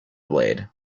blade